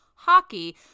hockey